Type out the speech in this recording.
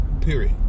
Period